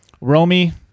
Romy